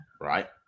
right